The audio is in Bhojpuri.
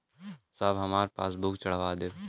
साहब हमार पासबुकवा चढ़ा देब?